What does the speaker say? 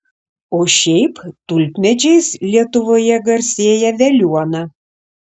o šiaip tulpmedžiais lietuvoje garsėja veliuona